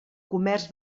comerç